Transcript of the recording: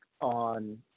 on